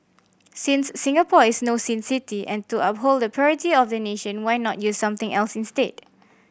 since Singapore is no sin city and to uphold the purity of the nation why not use something else instead